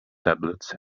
tablets